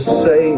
say